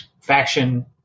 faction